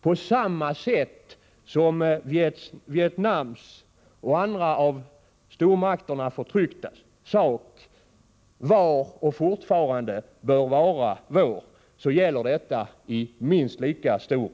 På samma sätt som Vietnams — och andra, av stormakterna förtryckta, länders — sak var, och fortfarande bör vara vår, är Afghanistans sak vår.